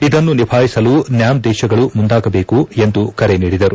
ಇದನ್ನು ನಿಭಾಯಿಸಲು ನ್ನಾಮ್ ದೇಶಗಳು ಮುಂದಾಗಬೇಕು ಎಂದು ಮೋದಿ ಕರೆ ನೀಡಿದರು